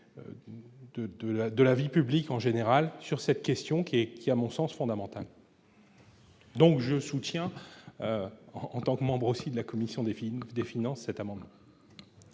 de la vie publique en général, sur cette question qui est qui, à mon sens fondamental. Donc je soutiens en tant que membre aussi de la commission des films des finances